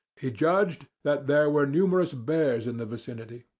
he judged that there were numerous bears in the vicinity.